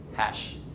Hash